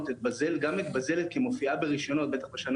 והוא הבכיר שם, סמנכ"ל, המשנה